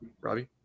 Robbie